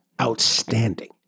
outstanding